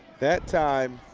that time,